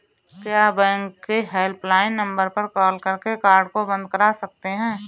क्या बैंक के helpline number पर कॉल करके कार्ड को बंद करा सकते हैं?